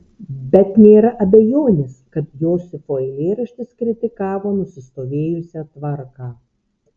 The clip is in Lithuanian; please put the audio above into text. bet nėra abejonės kad josifo eilėraštis kritikavo nusistovėjusią tvarką